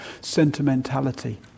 sentimentality